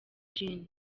gen